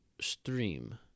stream